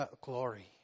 glory